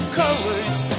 colors